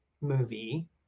movie